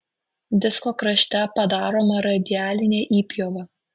disko krašte padaroma radialinė įpjova